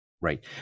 Right